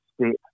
step